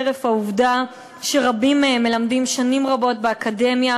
חרף העובדה שרבים מהם מלמדים שנים רבות באקדמיה